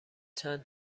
چند